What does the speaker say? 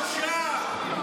בושה, בושה.